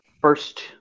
first